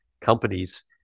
companies